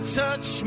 touch